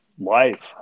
life